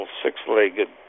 six-legged